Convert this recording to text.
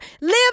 live